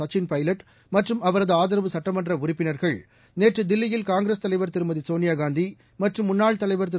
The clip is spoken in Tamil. சச்சின் பைலட் மற்றும் அவரது ஆதரவு சட்டமன்ற உறுப்பினர்கள் நேற்று தில்லியில் காங்கிரஸ் தலைவர் திருமதி சோனியாகாந்தி மற்றும் முன்னாள் தலைவர் திரு